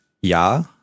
Ja